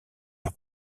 leur